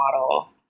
model